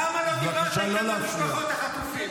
למה לא דיברתם איתם על משפחות החטופים?